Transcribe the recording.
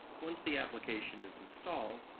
once the application is installed,